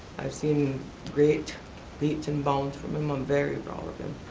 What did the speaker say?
i've seen great leaps and bounds from him, i'm very proud of him.